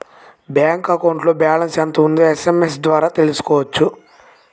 bank అకౌంట్లో balance ఎంత ఉందో ఎస్ఎంఎస్ ద్వారా తెలుసుకోవచ్చు